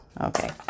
Okay